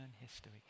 history